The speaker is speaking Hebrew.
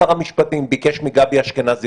שר המשפטים ביקש מגבי אשכנזי,